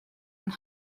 and